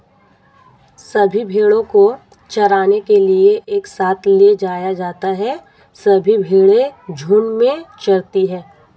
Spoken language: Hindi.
सभी भेड़ों को चराने के लिए एक साथ ले जाया जाता है सभी भेड़ें झुंड में चरती है